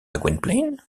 gwynplaine